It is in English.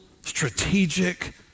strategic